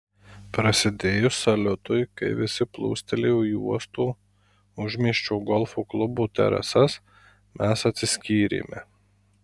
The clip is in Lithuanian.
prasidėjus saliutui kai visi plūstelėjo į uosto užmiesčio golfo klubo terasas mes atsiskyrėme